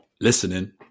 listening